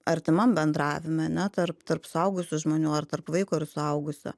artimam bendravime ne tarp tarp suaugusių žmonių ar tarp vaiko ir suaugusio